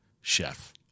chef